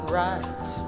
right